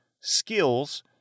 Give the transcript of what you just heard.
skills